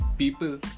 people